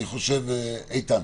איתן,